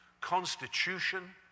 constitution